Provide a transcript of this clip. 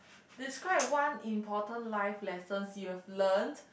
describe one important life lessons you've learnt